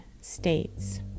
states